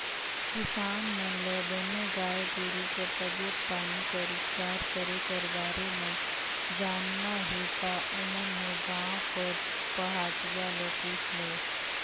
किसान मन ल बने गाय गोरु कर तबीयत पानी कर उपचार करे कर बारे म जानना हे ता ओमन ह गांव कर पहाटिया ल पूछ लय